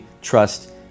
trust